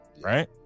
Right